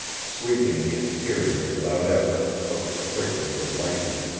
sweeping the interior without effort but with the quickness of lightning.